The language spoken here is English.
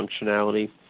functionality